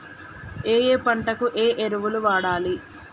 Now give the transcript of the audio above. ఏయే పంటకు ఏ ఎరువులు వాడాలి?